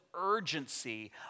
urgency